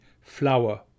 flour